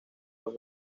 los